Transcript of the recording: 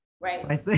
Right